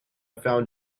found